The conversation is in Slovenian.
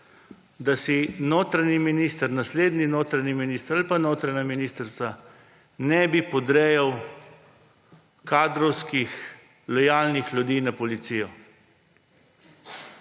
da si notranji minister, naslednji notranji minister ali pa notranja ministrica, ne bi podrejal kadrovskih lojalnih ljudi na policiji.